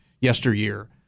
yesteryear